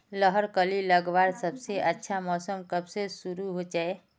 लहर कली लगवार सबसे अच्छा समय कब से शुरू होचए?